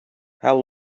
how